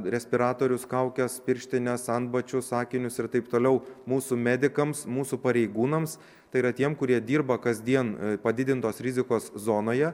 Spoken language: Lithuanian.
respiratorius kaukes pirštines ant antbačius akinius ir taip toliau mūsų medikams mūsų pareigūnams tai yra tiem kurie dirba kasdien padidintos rizikos zonoje